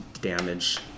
damage